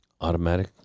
Automatic